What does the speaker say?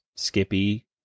Skippy